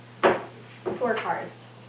Scorecards